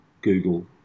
Google